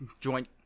Joint